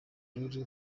rero